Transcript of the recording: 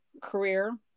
career